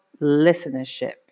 listenership